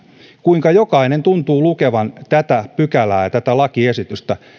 kuinka jokainen tuntuu lukevan tätä pykälää ja tätä lakiesitystä